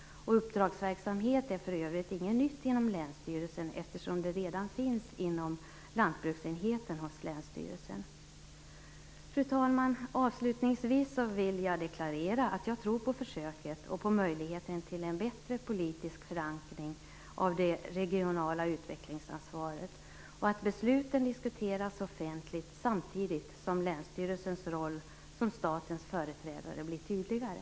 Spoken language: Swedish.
Uppdragsverksamhet är för övrigt inget nytt inom länsstyrelsen, eftersom det redan finns inom lantbruksenheten hos länsstyrelsen. Fru talman! Avslutningsvis vill jag deklarera att jag tror på försöket och på möjligheten till en bättre politisk förankring av det regionala utvecklingsansvaret och att besluten diskuteras offentligt samtidigt som länsstyrelsens roll som statens företrädare blir tydligare.